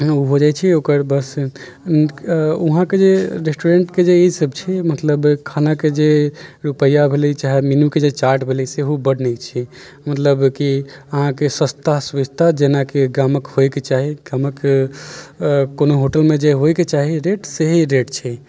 ओ भए जाइत छै ओकर बस वहाँके जे रेस्टूरेंटके जे ई सब छै मतलब खानाके जे रूपैआ भेलै चाहे मेन्यूके जे चार्ट भेलै सेहो बड नीक छै मतलब की अहाँकेँ सस्ता सुविस्ता जेनाकि गामक होयके चाही गामक कोनो होटलमे जे होयके चाही रेट सेही रेट छै